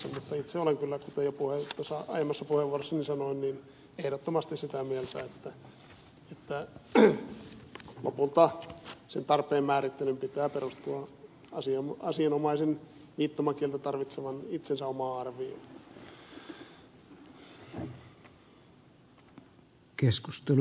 mutta itse olen kyllä kuten jo tuossa aiemmassa puheenvuorossani sanoin ehdottomasti sitä mieltä että lopulta sen tarpeen määrittelyn pitää perustua asianomaisen itsensä viittomakieltä tarvitsevan omaan arvioon